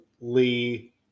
Lee